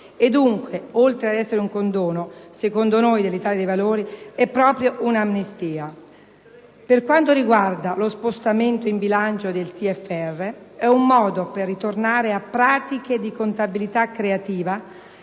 dunque, oltre ad essere un condono, secondo noi dell'Italia dei Valori, è un'amnistia. Per quanto riguarda lo spostamento in bilancio del TFR, si tratta di un modo per ritornare a pratiche di contabilità creativa